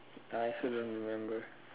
I also don't remember